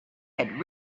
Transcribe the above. had